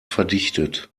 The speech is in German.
verdichtet